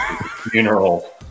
funeral